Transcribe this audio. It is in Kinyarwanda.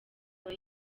aba